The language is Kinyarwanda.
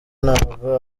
ntabwo